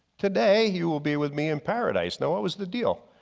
today you will be with me in paradise. now what was the deal.